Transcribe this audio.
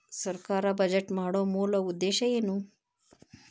ಸರ್ಕಾರ್ ಬಜೆಟ್ ಮಾಡೊ ಮೂಲ ಉದ್ದೇಶ್ ಏನು?